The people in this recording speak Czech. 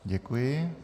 Děkuji.